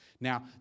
Now